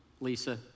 Lisa